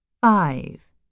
Five